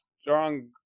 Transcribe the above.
strong